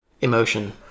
emotion